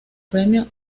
premio